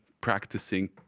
practicing